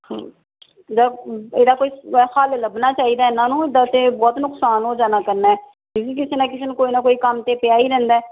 ਹਾ ਇਹਦਾ ਇਹਦਾ ਕੋਈ ਹੱਲ ਲੱਭਣਾ ਚਾਹੀਦਾ ਇਹਨਾਂ ਨੂੰ ਇੱਦਾਂ ਤਾਂ ਬਹੁਤ ਨੁਕਸਾਨ ਹੋ ਜਾਣਾ ਕਰਨਾ ਕਿਉਂਕਿ ਕਿਸੇ ਨਾ ਕਿਸੇ ਨੂੰ ਕੋਈ ਨਾ ਕੋਈ ਕੰਮ ਤੇ ਪਿਆ ਈ ਰਹਿੰਦਾ